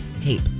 tape